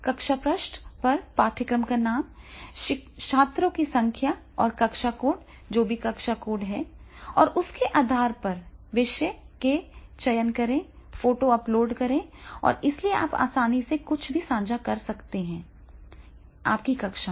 कक्षा पृष्ठ पर पाठ्यक्रम का नाम छात्रों की संख्या और कक्षा कोड जो भी कक्षा कोड है और उसके आधार पर विषय का चयन करें फोटो अपलोड करें और इसलिए आप आसानी से कुछ भी साझा कर सकते हैं आपकी कक्षा में